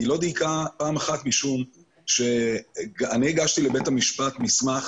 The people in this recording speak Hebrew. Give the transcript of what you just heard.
היא לא דייקה פעם אחת משום שאני הגשתי לבית המשפט מסמך